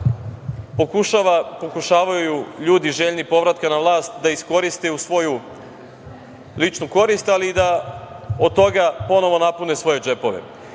pokušavaju ljudi željni povratka na vlast da iskoriste u svoju ličnu korist, ali i da od toga ponovo napune svoje džepove. Moje